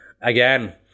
Again